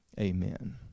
amen